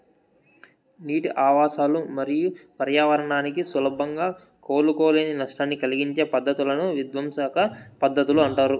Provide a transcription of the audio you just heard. నీటి ఆవాసాలు మరియు పర్యావరణానికి సులభంగా కోలుకోలేని నష్టాన్ని కలిగించే పద్ధతులను విధ్వంసక పద్ధతులు అంటారు